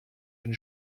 den